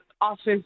office